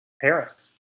Paris